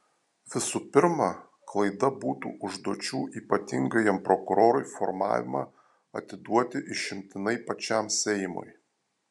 visų pirma klaida būtų užduočių ypatingajam prokurorui formavimą atiduoti išimtinai pačiam seimui